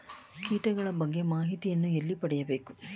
ಕೀಟಗಳ ಬಗ್ಗೆ ಮಾಹಿತಿಯನ್ನು ಎಲ್ಲಿ ಪಡೆಯಬೇಕು?